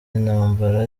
intambara